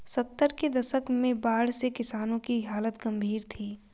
सत्तर के दशक में बाढ़ से किसानों की हालत गंभीर थी